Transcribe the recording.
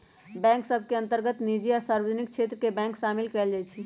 bank सभ के अंतर्गत निजी आ सार्वजनिक क्षेत्र के बैंक सामिल कयल जाइ छइ